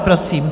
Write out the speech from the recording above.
Prosím.